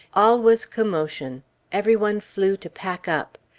all was commotion every one flew to pack up.